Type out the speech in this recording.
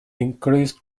increased